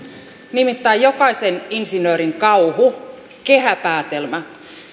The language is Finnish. nimittäin jokaisen insinöörin kauhu kehäpäätelmä